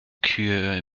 kühe